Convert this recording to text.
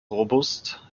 robust